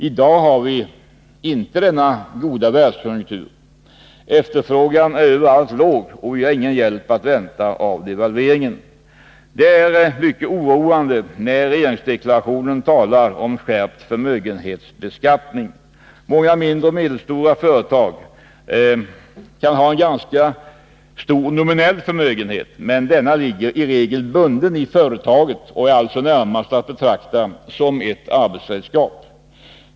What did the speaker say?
I dag har vi inte denna goda världskonjunktur. Efterfrågan är överallt låg, och vi har ingen hjälp att vänta av devalveringen. Det är mycket oroande när regeringsdeklarationen talar om skärpt förmögenshetsbeskattning. Många mindre och medelstora företagare kan ha en ganska stor nominell förmögenhet, men denna ligger i regel bunden i företaget och är alltså närmast att betrakta som ett arbetsredskap.